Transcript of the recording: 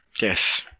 yes